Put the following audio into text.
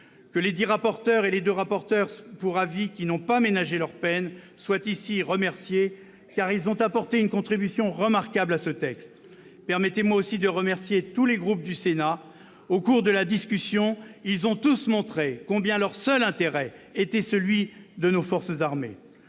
Que les dix rapporteurs budgétaires et les deux rapporteurs pour avis qui n'ont pas ménagé leur peine soient ici remerciés, car ils ont apporté une contribution remarquable à ce texte ! Permettez-moi aussi de remercier tous les groupes du Sénat, qui, au cours de la discussion, ont montré combien leur seul intérêt était celui de nos forces armées.